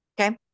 Okay